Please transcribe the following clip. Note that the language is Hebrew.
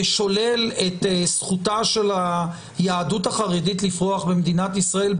שולל את זכותה של היהדות החרדית לפרוח במדינת ישראל?